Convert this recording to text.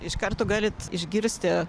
iš karto galit išgirsti